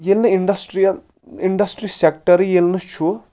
ییٚلہِ نہٕ industrial industry سٮ۪کٹرٕے ییٚلہِ نہٕ چھُ